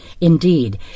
Indeed